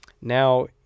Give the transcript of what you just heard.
Now